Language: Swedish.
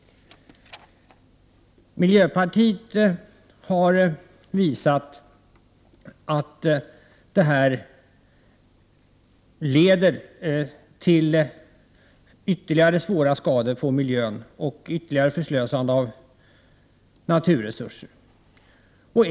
Miljöpartiet har visat att det här leder till ytterligare svåra skador på miljön och ett ytterligare förslösande av naturresurser.